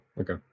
okay